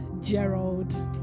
Gerald